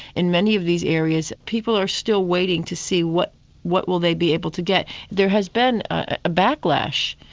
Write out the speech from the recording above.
in many of these areas people are still waiting to see what what will they be able to get. there has been a backlash,